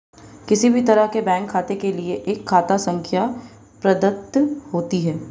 किसी भी तरह के बैंक खाते के लिये एक खाता संख्या प्रदत्त होती है